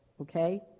okay